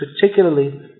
particularly